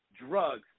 drugs